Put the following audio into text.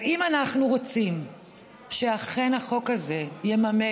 אז אם אנחנו רוצים שאכן החוק ימומש,